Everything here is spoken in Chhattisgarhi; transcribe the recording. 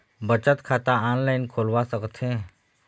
बचत खाता ऑनलाइन खोलवा सकथें?